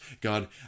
God